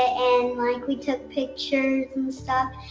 ah and like we took pictures and stuff.